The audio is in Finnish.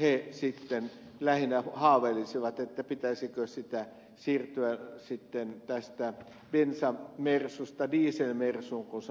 he sitten lähinnä haaveilisivat pitäisikö sitä siirtyä tästä bensa mersusta diesel mersuun kun se on ympäristöllisestikin perusteltua